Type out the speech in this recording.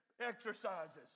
exercises